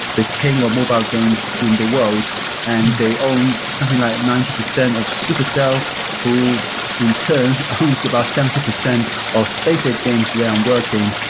the kind of mobile games in the world and they owned something like ninety percent of supercell who in turn owns about seventy percent of space ape games where i'm working.